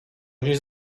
gdzieś